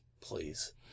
Please